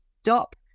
stop